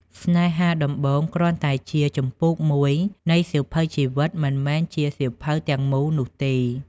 ស្នេហាដំបូងគ្រាន់តែជា "ជំពូកមួយ" នៃសៀវភៅជីវិត មិនមែនជា "សៀវភៅទាំងមូល" នោះទេ។